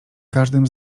każdym